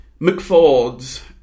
McFords